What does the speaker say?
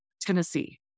Tennessee